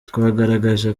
twagaragaje